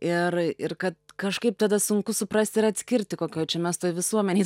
ir ir kad kažkaip tada sunku suprasti ir atskirti kokioj čia mes toj visuomenėj